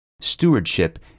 Stewardship